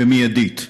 ומיידית.